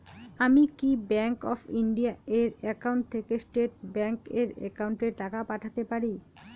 আমি কি bank of India এর একাউন্ট থেকে স্টেট ব্যাংক এর একাউন্টে টাকা পাঠাতে পারি?